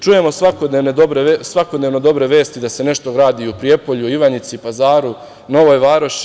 Čujemo svakodnevno dobre vesti da se nešto lepo radi u Prijepolju, Ivanjici, Pazaru, Novoj Varoši.